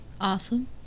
Awesome